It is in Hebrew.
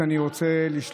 אני הייתי